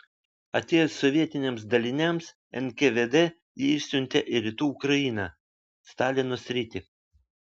atėjus sovietiniams daliniams nkvd jį išsiuntė į rytų ukrainą stalino sritį